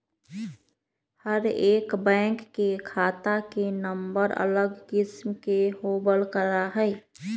हर एक बैंक के खाता के नम्बर अलग किस्म के होबल करा हई